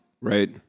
Right